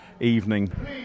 evening